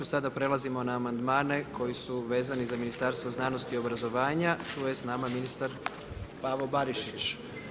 Sada prelazimo na amandmane koji su vezani za Ministarstvo znanosti, obrazovanja tu je s nama ministar Pavo Barišić.